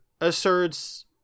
asserts